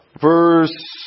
Verse